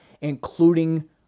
including